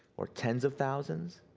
or tens of thousands?